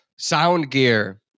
Soundgear